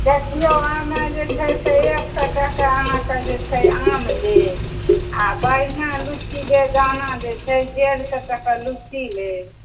देखियौ हम जे छै से एक सए टका अहाँकेँ जे छै आम लेब आ बढ़िआँ लीची जे दाना जे छै डेढ़ सए टके लीची लेब